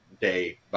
day